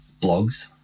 blogs